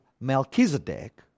Melchizedek